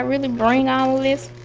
ah really bring all this?